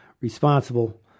responsible